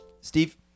steve